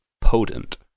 potent